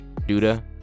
Duda